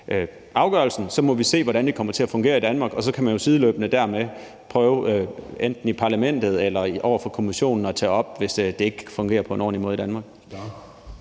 afgørelsen. Så må vi se, hvordan det kommer til at fungere i Danmark, og så kan man jo sideløbende dermed prøve enten i Parlamentet eller over for Kommissionen at tage det op, hvis det ikke fungerer på en ordentlig måde i Danmark.